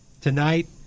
Tonight